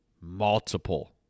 Multiple